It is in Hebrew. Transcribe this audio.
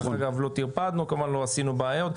דרך אגב, לא טרפדנו, כמובן לא עשינו בעיות.